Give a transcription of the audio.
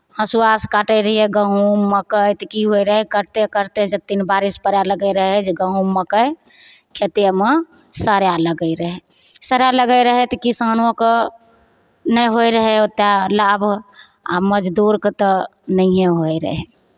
हँसुआसँ काटैत रहियै गहूँम मकइ तऽ की होइत रहय करिते करिते जखथिन बारिश पड़य लगैत रहय जे गहूम मकइ खेतेमे सड़य लगैत रहय सड़य लगैत रहय तऽ किसानोकेँ नहि होइत रहय ओतय लाभ आ मजदूरकेँ तऽ नहिए होइत रहय